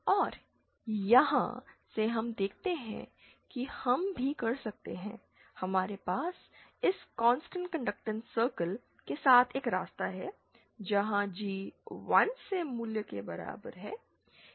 और यहां से हम देखते हैं कि हम भी कर सकते हैं हमारे पास इस कांस्टेंट कंडक्टेंस सर्कल के साथ एक रास्ता है जहां G 1 से मूल के बराबर है